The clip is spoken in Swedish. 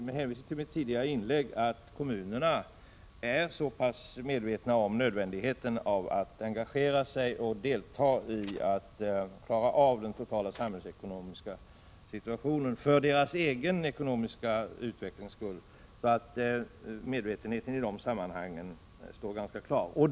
Med hänvisning till mitt tidigare inlägg vill jag påstå att kommunerna är så pass medvetna om nödvändigheten av att engagera sig och delta i arbetet med att klara av den totala samhällsekonomiska situationen för deras egen ekonomiska utvecklings skull. Medvetenheten i dessa sammanhang är således stor.